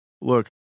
Look